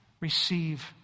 receive